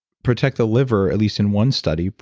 protect the liver, at least in one study,